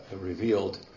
revealed